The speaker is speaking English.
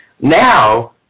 Now